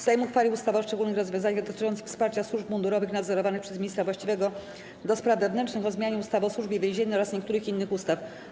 Sejm uchwalił ustawę o szczególnych rozwiązaniach dotyczących wsparcia służb mundurowych nadzorowanych przez ministra właściwego do spraw wewnętrznych, o zmianie ustawy o Służbie Więziennej oraz niektórych innych ustaw.